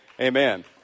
Amen